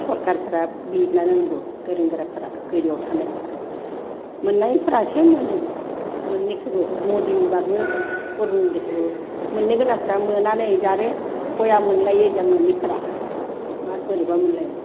सोरकारफ्रा बिजिरना नायनांगौ गोरों गोराफोरा गोजौआव थानायफोरा मोन्नायफोरासो मोनो मोन्नैखौबो मदीनिबाबो अरुनदयखौबाबो मोननो गोनांफ्रा मोना नै ओजा आरो बेया मोनलायो जोंहा मोनिफोरा मार बोरैबा मोनलायो